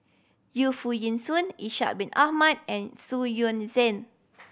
Yu Foo Yee Shoon Ishak Bin Ahmad and Xu Yuan Zhen